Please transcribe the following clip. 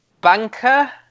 banker